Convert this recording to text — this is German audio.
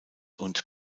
und